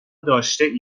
داشتهاید